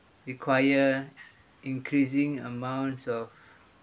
require increasing amounts of